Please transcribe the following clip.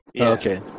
Okay